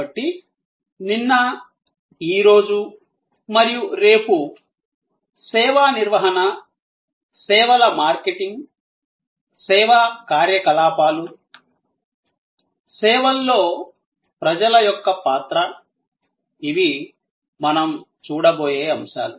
కాబట్టి నిన్న ఈ రోజు మరియు రేపు సేవా నిర్వహణ సేవల మార్కెటింగ్ సేవా కార్యకలాపాలు సేవల్లో ప్రజల యొక్క పాత్ర ఇవి మనం చూడబోయే అంశాలు